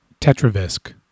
Tetravisc